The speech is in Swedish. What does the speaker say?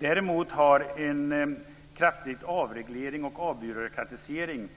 Däremot har en kraftigt avreglerad och avbyråkratiserad